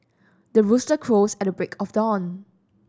the rooster crows at the break of dawn